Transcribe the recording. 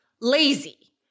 lazy